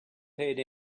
paid